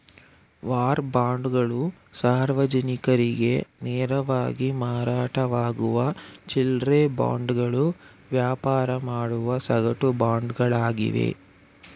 war ಬಾಂಡ್ಗಳು ಸಾರ್ವಜನಿಕರಿಗೆ ನೇರವಾಗಿ ಮಾರಾಟವಾಗುವ ಚಿಲ್ಲ್ರೆ ಬಾಂಡ್ಗಳು ವ್ಯಾಪಾರ ಮಾಡುವ ಸಗಟು ಬಾಂಡ್ಗಳಾಗಿವೆ